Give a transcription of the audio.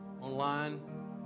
online